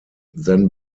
then